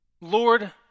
Lord